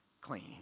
clean